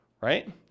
right